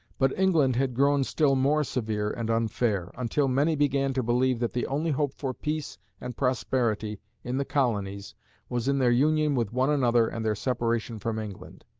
but england had grown still more severe and unfair, until many began to believe that the only hope for peace and prosperity in the colonies was in their union with one another and their separation from england.